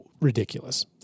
ridiculous